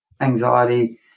anxiety